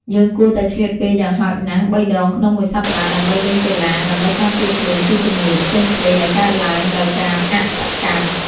យើងគួរតែឆ្លៀតពេលយ៉ាងហោចណាស់បីដងក្នុងមួយសប្តាហ៍ដើម្បីលេងកីឡាដើម្បីការពារខ្លួនពីជំងឺផ្សេងៗដែលកើតឡើងដោយការអសកម្ម។